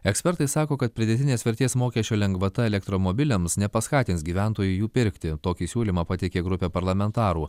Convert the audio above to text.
ekspertai sako kad pridėtinės vertės mokesčio lengvata elektromobiliams nepaskatins gyventojų jų pirkti tokį siūlymą pateikė grupė parlamentarų